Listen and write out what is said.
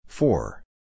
Four